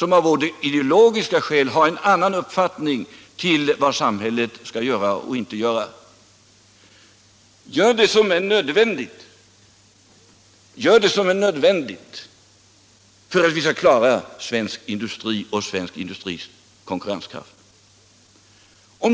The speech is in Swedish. Allmänpolitisk debatt Allmänpolitisk debatt som av ideologiska skäl har en annan uppfattning om vad samhället skall göra och inte göra! Gör det som är nödvändigt för att vi skall klara svensk industri och dess konkurrenskraft!